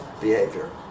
behavior